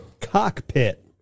Cockpit